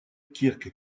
kirk